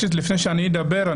לפני שאני אדבר,